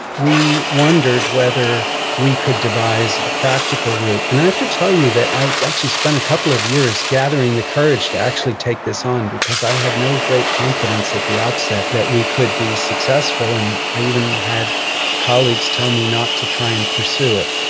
we wondered whether we could devise a practical route. but and i have to tell you that i actually spent a couple of years gathering the courage to actually take this on because i had no great confidence at the outset that we could be successful. and i even had colleagues tell me not to try and pursue it.